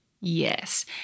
Yes